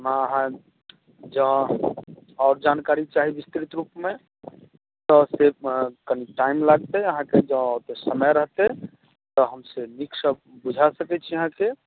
ओना अहाँ जॅं आओर जानकारी चाही विस्तृत रूप मे तऽ से कनी टाइम लागतै अहाँके जॅं समय रहतै तऽ हम से लिखि कय बुझा सकै छी अहाँके